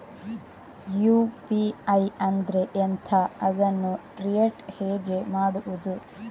UPI ಅಂದ್ರೆ ಎಂಥ? ಅದನ್ನು ಕ್ರಿಯೇಟ್ ಹೇಗೆ ಮಾಡುವುದು?